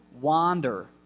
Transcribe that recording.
wander